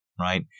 right